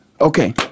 Okay